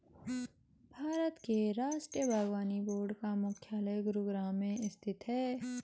भारत के राष्ट्रीय बागवानी बोर्ड का मुख्यालय गुरुग्राम में स्थित है